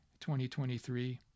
2023